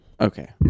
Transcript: Okay